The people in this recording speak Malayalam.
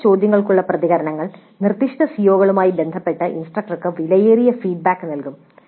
അത്തരം ചോദ്യങ്ങൾക്കുള്ള പ്രതികരണങ്ങൾ നിർദ്ദിഷ്ട സിഒകളുമായി ബന്ധപ്പെട്ട് ഇൻസ്ട്രക്ടർക്ക് വിലയേറിയ ഫീഡ്ബാക്ക് നൽകും